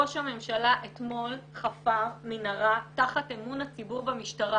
ראש הממשלה אתמול חפר מנהרה תחת אמון הציבור במשטרה,